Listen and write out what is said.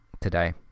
today